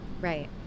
Right